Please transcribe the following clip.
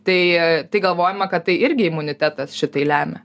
tai tai galvojama kad tai irgi imunitetas šitai lemia